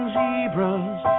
zebras